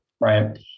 right